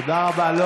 תודה רבה.